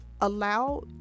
Allow